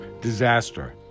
disaster